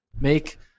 make